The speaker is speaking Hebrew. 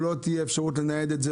לא תהיה אפשרות לנייד את זה,